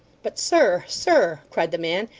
but sir sir cried the man,